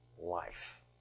life